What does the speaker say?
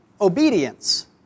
obedience